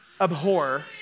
abhor